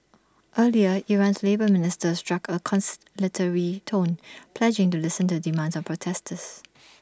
earlier Iran's labour minister struck A conciliatory tone pledging to listen to demands of protesters